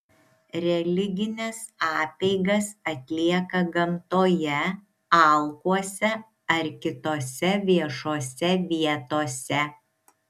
religines apeigas atlieka gamtoje alkuose ar kitose viešose vietose